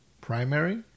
primary